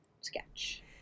sketch